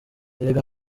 erega